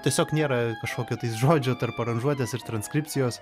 tiesiog nėra kažkokio tais žodžio tarp aranžuotės ir transkripcijos